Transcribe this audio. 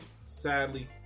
sadly